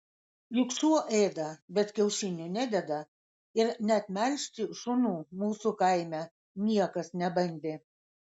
juk šuo ėda bet kiaušinių nededa ir net melžti šunų mūsų kaime niekas nebandė